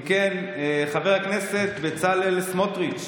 אם כן, חבר הכנסת בצלאל סמוטריץ',